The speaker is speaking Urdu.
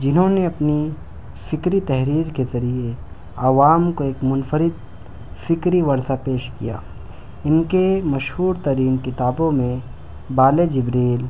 جنہوں نے اپنی فکری تحریر کے ذریعے عوام کو ایک منفرد فکری ورثہ پیش کیا ان کے مشہورترین کتابوں میں بال جبریل